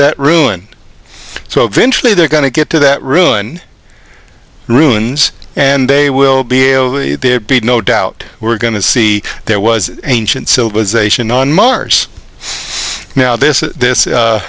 that ruin so eventually they're going to get to that ruin ruins and they will be there'd be no doubt we're going to see there was ancient civilization on mars now this is this